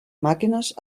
màquines